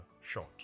shot